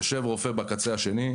יושב רופא בקצה אחד,